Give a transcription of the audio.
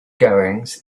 goings